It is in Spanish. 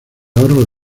ahorros